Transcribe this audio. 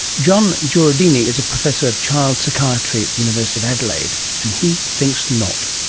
jon jureidini is a professor of child psychiatry at the university of adelaide, and he thinks not.